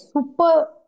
super